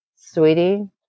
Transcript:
sweetie